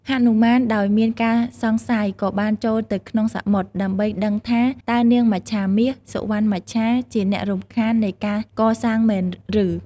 ហនុមានដោយមានការសង្ស័យក៏បានចូលទៅក្នុងសមុទ្រ ដើម្បីដឹងថាតើនាងមច្ឆាមាស សុវណ្ណមច្ឆា ជាអ្នករំខាននៃការកសាងមែនឬ។